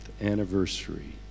anniversary